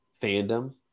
fandom